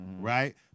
right